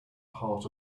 heart